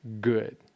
good